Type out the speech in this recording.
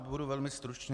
Budu velmi stručný.